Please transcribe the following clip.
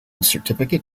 certificate